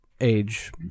age